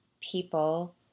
people